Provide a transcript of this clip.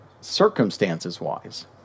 Circumstances-wise